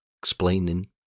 explaining